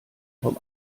vom